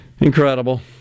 Incredible